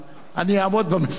אני אעמוד במשימה.